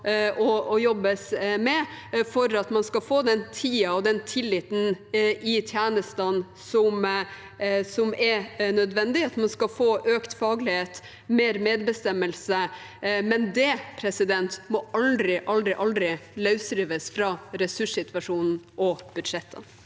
og jobbes med for at man skal få den tiden og tilliten i tjenestene som er nødvendig, og at man skal få økt faglighet og mer medbestemmelse. Men det må aldri, aldri løsrives fra ressurssituasjonen og budsjettene.